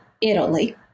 Italy